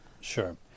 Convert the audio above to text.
Sure